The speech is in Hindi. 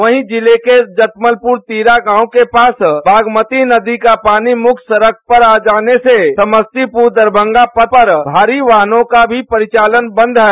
वहीं जिले के जटमलपुर तीरा गांव के पास बागमती नदी का पानी मुख्य सड़क पर आ जाने से समस्तीपुर दरभंगा पथ पर भारी वाहनों का भी परिचालन बंद है